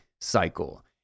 cycle